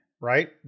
Right